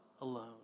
alone